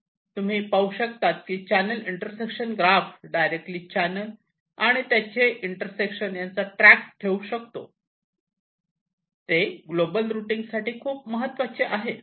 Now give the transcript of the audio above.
तुम्ही पाहू शकतात की channel intersection graph directly channel आणि त्यांचे इंटरसेक्शन यांचा ट्रॅक ठेवू शकतो ते ग्लोबल रुटींग साठी खूप महत्त्वाचे आहे